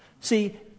See